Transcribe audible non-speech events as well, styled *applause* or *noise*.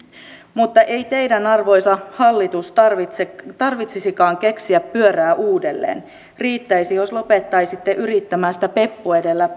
mutta ei teidän arvoisa hallitus tarvitsisikaan keksiä pyörää uudelleen riittäisi jos lopettaisitte yrittämästä peppu edellä *unintelligible*